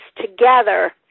together